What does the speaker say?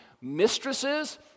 Mistresses